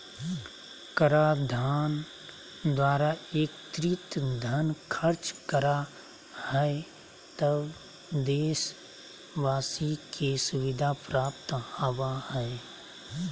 कराधान द्वारा एकत्रित धन खर्च करा हइ त देशवाशी के सुविधा प्राप्त होबा हइ